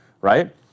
right